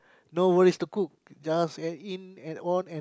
no worries to cook just add in and on and